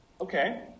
Okay